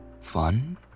fun